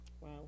Wow